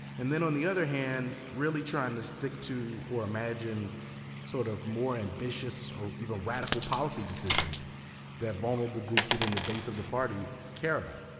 and then on the other hand really trying to stick to or imagine sort of more ambitious or even radical policy positions that vulnerable groups within the base of the party care about.